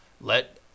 Let